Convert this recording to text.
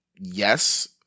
yes